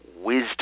wisdom